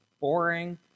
boring